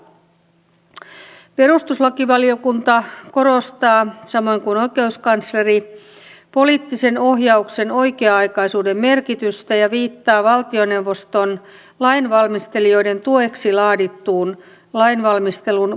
perustuslakivaliokunta korostaa samoin kuin oikeuskansleri poliittisen ohjauksen oikea aikaisuuden merkitystä ja viittaa valtioneuvoston lainvalmistelijoiden tueksi laadittuun lainvalmistelun prosessioppaaseen